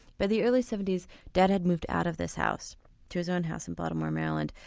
by the early seventy s dad had moved out of this house to his own house in baltimore, maryland,